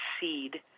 seed